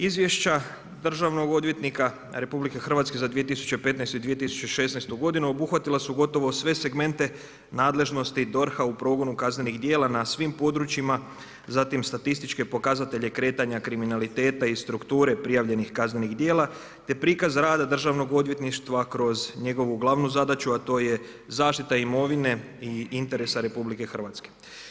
Izvješća državnog odvjetnika RH za 2015. i 2016. godinu obuhvatila su gotovo sve segmente nadležnosti DORH-a u progonu kaznenih djela na svim područjima, zatim statističke pokazatelje kretanja kriminaliteta i strukture prijavljenih kaznenih djela te prikaz rada državnog odvjetništva kroz njegovu glavnu zadaću, a to je zaštita imovine i interesa RH.